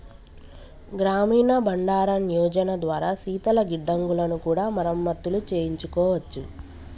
గ్రామీణ బండారన్ యోజన ద్వారా శీతల గిడ్డంగులను కూడా మరమత్తులు చేయించుకోవచ్చు